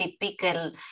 typical